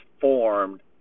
formed